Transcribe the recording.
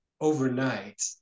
overnight